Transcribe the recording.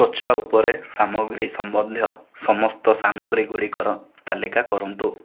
ତ୍ଵଚା ଉପଚାର ସାମଗ୍ରୀ ସମ୍ବନ୍ଧୀୟ ସମସ୍ତ ସାମଗ୍ରୀ ଗୁଡ଼ିକର ତାଲିକା କରନ୍ତୁ